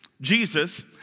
Jesus